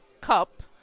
cup